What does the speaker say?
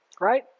Right